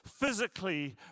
physically